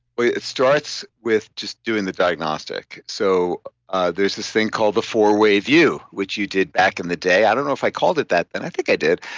well it starts with doing the diagnostic. so ah there's this thing called the four-way view, which you did back in the day. i don't know if i called it that then, i think i did,